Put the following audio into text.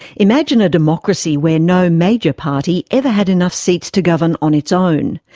imagine a democracy where no major party ever had enough seats to govern on its own.